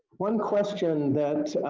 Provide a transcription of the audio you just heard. one question that